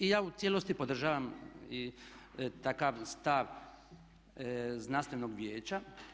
I ja u cijelosti podržavam i takav stav znanstvenog vijeća.